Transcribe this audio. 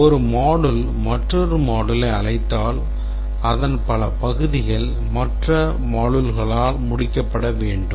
ஒரு module மற்றொரு moduleயை அழைத்தால் அதன் பல பகுதிகள் மற்ற moduleகளால் முடிக்கப்பட வேண்டும்